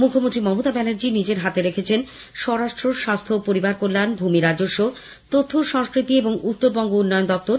মুখ্যমন্ত্রী মমতা ব্যানার্জী নিজের হাতে রেখেছেন স্বরাষ্ট্র স্বাস্হ্য ও পরিবার কল্যাণ ভূমি রাজস্ব তথ্য ও সংস্কৃতি এবং উত্তরবঙ্গ উন্নয়ন দফতর